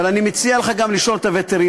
אבל אני מציע לך גם לשאול את הווטרינר,